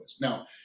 Now